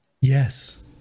Yes